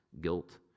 guilt